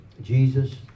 Jesus